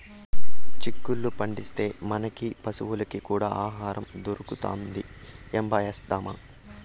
చిక్కుళ్ళు పండిస్తే, మనకీ పశులకీ కూడా ఆహారం దొరుకుతది ఏంబా ఏద్దామా